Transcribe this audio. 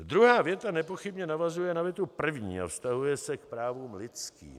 Druhá věta nepochybně navazuje na větu první a vztahuje se k právům lidským.